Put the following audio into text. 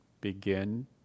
begin